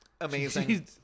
Amazing